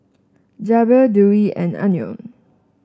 Zaynab Dewi and Anuar